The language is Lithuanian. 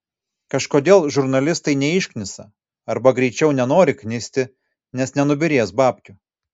kažkodėl žurnalistai neišknisa arba greičiau nenori knisti nes nenubyrės babkių